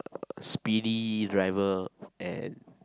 speedy driver and